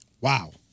Wow